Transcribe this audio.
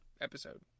episode